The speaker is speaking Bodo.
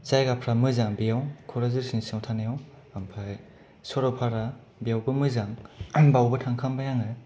जायग्राफ्रा मोजां बेयाव क'क्रझार सिङाव थानायाव सरलपारा बेयावबो मोजां आं बावबो थांखांबाय आङो